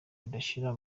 ridashira